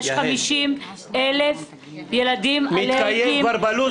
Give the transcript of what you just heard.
יש 50,000 ילדים אלרגיים --- מתקיים כבר בלו"ז,